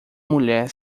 mulher